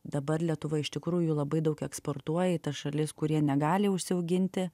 dabar lietuva iš tikrųjų labai daug eksportuoja į tas šalis kurie negali užsiauginti